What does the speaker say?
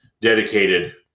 dedicated